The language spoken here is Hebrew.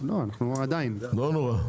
אנחנו עדיין בה.